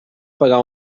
pagar